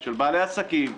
של בעלי עסקים,